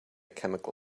chemical